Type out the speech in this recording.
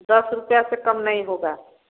दस रुपया से कम नहीं होगा